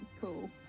cool